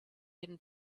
been